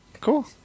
cool